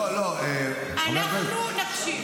אנחנו נקשיב.